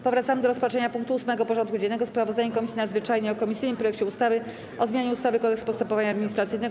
Powracamy do rozpatrzenia punktu 8. porządku dziennego: Sprawozdanie Komisji Nadzwyczajnej o komisyjnym projekcie ustawy o zmianie ustawy - Kodeks postępowania administracyjnego.